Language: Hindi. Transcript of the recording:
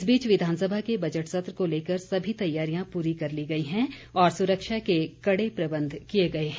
इस बीच विधानसभा के बजट सत्र को लेकर सभी तैयारियां पूरी कर ली गई है और सुरक्षा के कड़े प्रबंध किए गए हैं